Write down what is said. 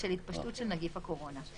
בשל התפשטות של נגיף הקורונה,